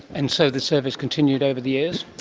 and so the survey has continued over the years?